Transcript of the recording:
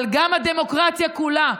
אבל גם הדמוקרטיה כולה,